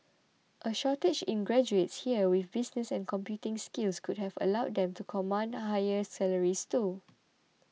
a shortage in graduates here with business and computing skills could have allowed them to command higher salaries too